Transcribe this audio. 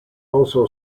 also